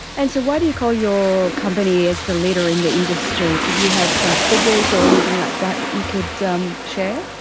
and so why do you call your company as the leader in the industry, do you have some figures or anything like that that you could share?